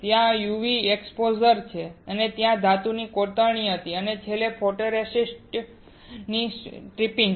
ત્યાં UV exposure છે પછી ત્યાં ધાતુની કોતરણી હતી અને છેલ્લે ફોટોરેસિસ્ટની ટ્રિપિંગ